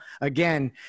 again